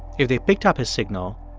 if they picked up his signal,